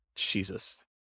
Jesus